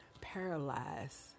paralyzed